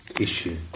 issue